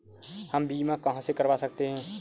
हम बीमा कहां से करवा सकते हैं?